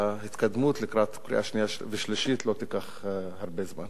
שההתקדמות לקראת קריאה שנייה ושלישית לא תיקח הרבה זמן.